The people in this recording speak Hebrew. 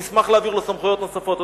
נשמח להעביר לו סמכויות נוספות.